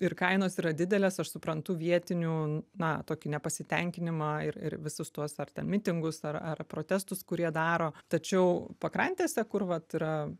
ir kainos yra didelės aš suprantu vietinių na tokį nepasitenkinimą ir ir visus tuos ar ten mitingus ar ar protestus kur jie daro tačiau pakrantėse kur vat yra